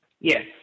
Yes